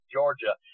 Georgia